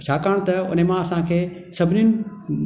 छाकाणि त उन मां असांखे